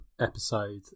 episode